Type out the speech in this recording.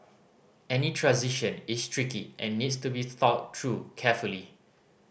any transition is tricky and needs to be thought through carefully